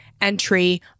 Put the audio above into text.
entry